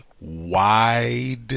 wide